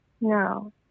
No